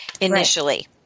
initially